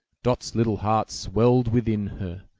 dot's little heart swelled within her,